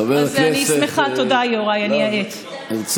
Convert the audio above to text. חבר הכנסת להב הרצנו, בבקשה.